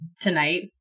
tonight